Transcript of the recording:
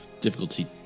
Difficulty